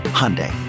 Hyundai